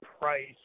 price